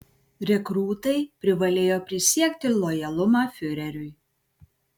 rekrūtai privalėjo prisiekti lojalumą fiureriui